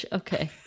okay